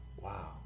Wow